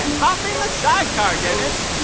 and hop in the sidecar, dennis.